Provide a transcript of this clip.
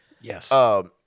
Yes